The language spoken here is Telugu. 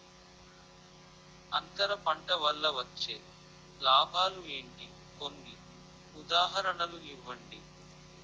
అంతర పంట వల్ల వచ్చే లాభాలు ఏంటి? కొన్ని ఉదాహరణలు ఇవ్వండి?